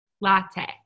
latte